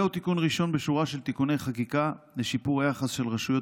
זהו תיקון ראשון בשורה של תיקוני חקיקה לשיפור היחס של רשויות